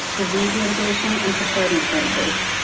disease mitigation, and preparedness branches.